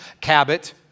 Cabot